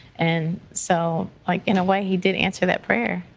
and so like in a way he did answer that prayer.